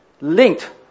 linked